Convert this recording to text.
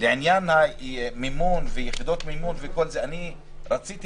לעניין המימון ויחידות המימון וכו' רציתי